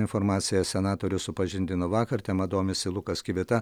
informacija senatorius supažindino vakar tema domisi lukas kivita